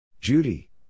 Judy